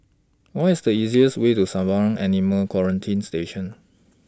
What IS The easiest Way to Sembawang Animal Quarantine Station